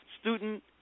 student